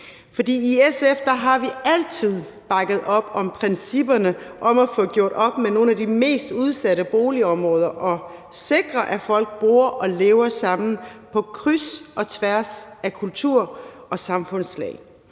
I SF har vi altid bakket op om principperne om at få gjort op med nogle af de mest udsatte boligområder og sikre, at folk bor og lever sammen på kryds og tværs af kultur og samfundslag.